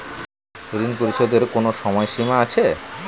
ঋণ পরিশোধের কোনো সময় সীমা আছে?